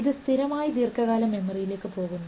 ഇത് സ്ഥിരമായി ദീർഘകാല മെമ്മറിയിലേക്ക് പോകുന്നു